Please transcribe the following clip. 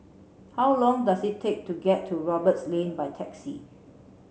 how long does it take to get to Roberts Lane by taxi